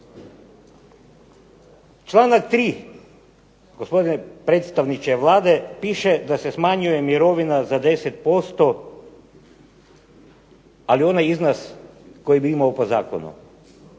Članak 3. gospodine predstavniče Vlade, piše da se smanjuje mirovina za 10% ali onaj iznos koji bi imao po zakonu,